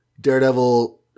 Daredevil